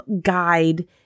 guide